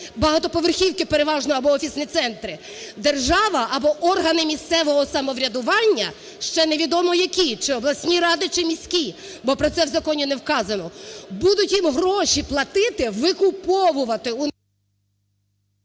багатоповерхівки переважно або офісні центри, держава або органи місцевого самоврядування – ще невідомо які, чи обласні ради, чи міські, бо про це в законі не вказано, – будуть їм гроші платити, викуповувати…